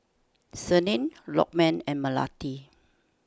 Senin Lokman and Melati